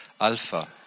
Alpha